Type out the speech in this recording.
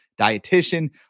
dietitian